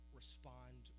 respond